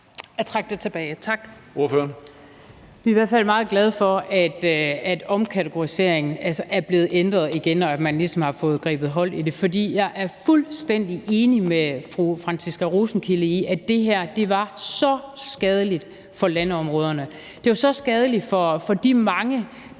Inger Støjberg (DD): Vi er i hvert fald meget glade for, at omkategoriseringen er blevet ændret igen, og at man ligesom har fået grebet hold i det. For jeg er fuldstændig enig med fru Franciska Rosenkilde i, at det her var så skadeligt for landområderne. Det var så skadeligt for de mange,